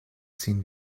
sin